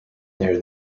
there